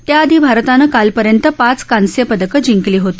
त्याआधी भारतानं कालपर्यंत पाच कांस्यपदक जिंकली होती